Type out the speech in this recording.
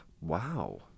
Wow